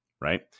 right